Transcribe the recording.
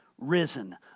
risen